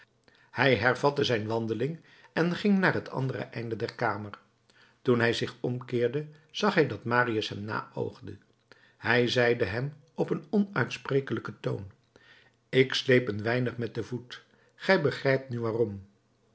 hij hervatte zijn wandeling en ging naar het andere einde der kamer toen hij zich omkeerde zag hij dat marius hem naoogde hij zeide hem op een onuitsprekelijken toon ik sleep een weinig met den voet gij begrijpt nu waarom